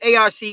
ARC